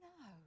No